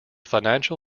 financial